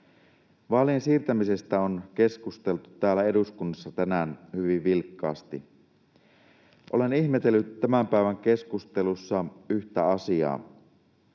Vaalien siirtämisestä on keskusteltu täällä eduskunnassa tänään hyvin vilkkaasti. Olen ihmetellyt tämän päivän keskustelussa yhtä asiaa: